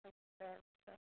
अच्छा अच्छा